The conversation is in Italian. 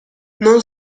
non